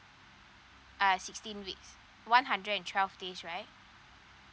uh sixteen weeks one hundred and twelve days right